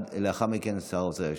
לאחר מכן שר האוצר ישיב.